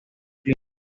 clima